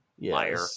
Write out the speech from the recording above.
liar